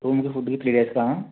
రూముకి ఫుడ్డుకి త్రీ డేసా